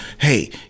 Hey